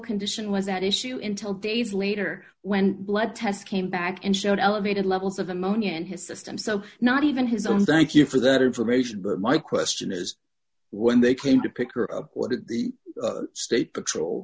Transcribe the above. condition was at issue in till days later when blood tests came back and showed elevated levels of ammonia in his system so not even his own thank you for that information but my question is when they came to pick her up what did the state patrol